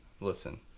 Listen